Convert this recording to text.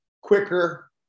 quicker